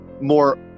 more